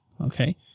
Okay